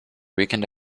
weekend